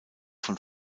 von